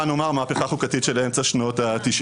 נאמר מהפכה החוקתית של אמצע שנות ה-90.